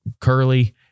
curly